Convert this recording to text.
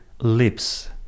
lips